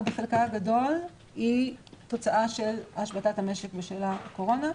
בחלקה הגדול היא תוצאה של השבתת הנשק בשל הקורונה.